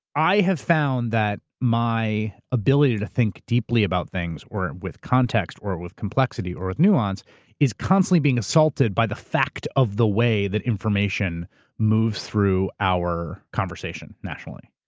i have found that my ability to think deeply about things, or with context or with complexity or with nuance is constantly being assaulted by the fact of the way that information moves through our conversation nationally.